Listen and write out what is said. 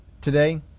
today